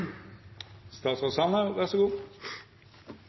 statsråd Sanner